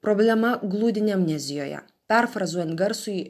problema glūdi ne amnezijoje perfrazuojant garsųjį